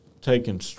Taken